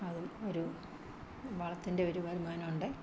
അത് ഒരു വളത്തിൻ്റെ ഒരു വരുമാനമുണ്ട്